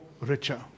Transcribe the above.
richer